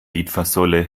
litfaßsäule